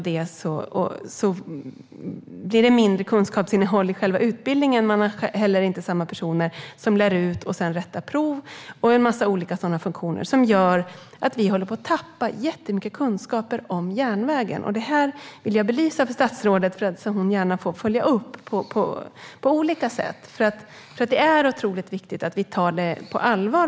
Då blir det mindre kunskapsinnehåll i själva utbildningen. Det är inte heller samma personer som lär ut och sedan rättar prov. Det innebär att mycket kunskaper om järnvägen tappas. Jag vill belysa denna fråga för statsrådet så att hon kan följa upp.